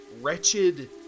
wretched